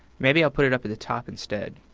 maybe i'll put it up at the top, instead.